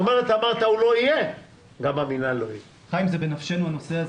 זה בנפשנו הנושא הזה.